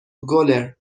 گلر